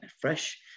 fresh